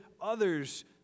others